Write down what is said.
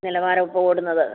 നിലവാരം കൂടുന്നത്